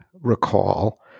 recall